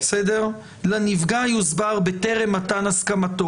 "לנפגע יוסבר בטרם מתן הסכמתו".